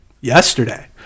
yesterday